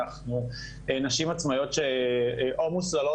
אנעחנו נשים עצמאיות שאו מוסללות,